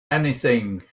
anything